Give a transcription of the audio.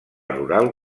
rural